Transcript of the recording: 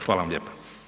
Hvala vam lijepa.